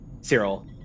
Cyril